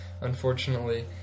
Unfortunately